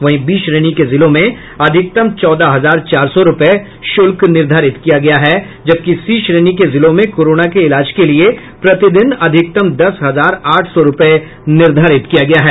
वहीं बी श्रेणी के जिलों में अधिकतम चौदह हजार चार सौ रूपये शुल्क निर्धारित किया गया है जबकि सी श्रेणी के जिलों में कोरोना के इलाज के लिये प्रतिदिन अधिकतम दस हजार आठ सौ रूपये निर्धारित किया गया है